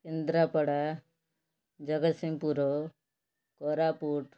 Kendrapara Jagatsinghpur Koraput